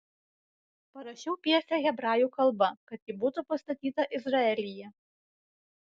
parašiau pjesę hebrajų kalba kad ji būtų pastatyta izraelyje